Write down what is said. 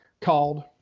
called